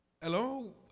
Hello